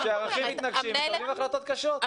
כשהצרכים מתנגשים מקבלים החלטות קשות.